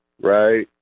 right